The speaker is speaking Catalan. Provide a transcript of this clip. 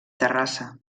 terrassa